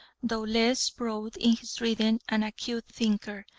though less broad in his reading, an acute thinker,